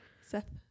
seth